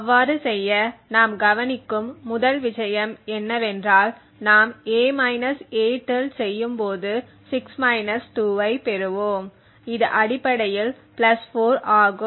அவ்வாறு செய்ய நாம் கவனிக்கும் முதல் விஷயம் என்னவென்றால் நாம் a a செய்யும் போது 6 2 ஐப் பெறுவோம் இது அடிப்படையில் 4 ஆகும்